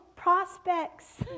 prospects